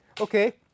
Okay